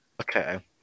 Okay